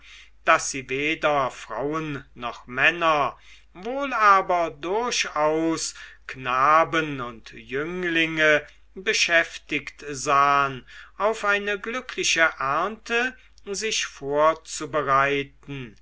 daß sie weder frauen noch männer wohl aber durchaus knaben und jünglinge beschäftigt sahen auf eine glückliche ernte sich vorzubereiten